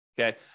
Okay